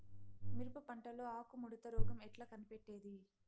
మిరప పంటలో ఆకు ముడత రోగం ఎట్లా కనిపెట్టేది?